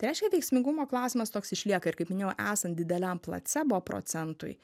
tai reiškia veiksmingumo klausimas toks išlieka ir kaip minėjau esant dideliam placebo procentui